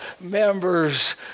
members